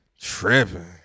tripping